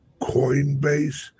Coinbase